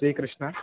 Shri Krishna